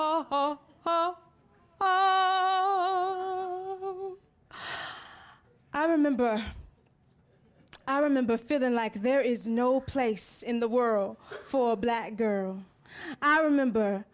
oh oh oh i remember i remember feeling like there is no place in the world for a black girl i remember